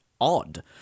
odd